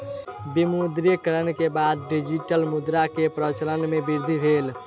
विमुद्रीकरण के बाद डिजिटल मुद्रा के प्रचलन मे वृद्धि भेल